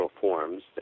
forms